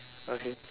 okay